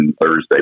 Thursday